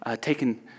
taken